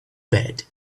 bed